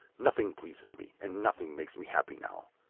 nothing pleases me, and nothing makes me happy now!